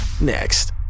Next